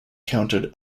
counted